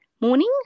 morning